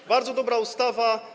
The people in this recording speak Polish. To bardzo dobra ustawa.